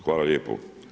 Hvala lijepo.